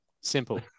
Simple